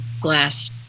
glass